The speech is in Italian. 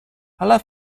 alla